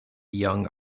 young